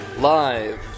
Live